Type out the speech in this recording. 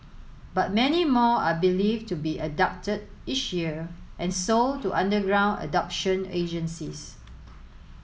but many more are believed to be abducted each year and sold to underground adoption agencies